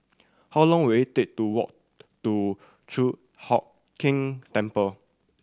how long will it take to walk to Chi Hock Keng Temple